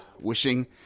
wishing